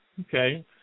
okay